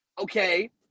okay